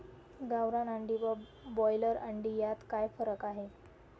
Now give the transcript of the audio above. गावरान अंडी व ब्रॉयलर अंडी यात काय फरक आहे?